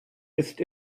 ist